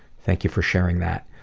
thank you for sharing that.